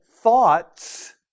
thoughts